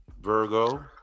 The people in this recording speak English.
Virgo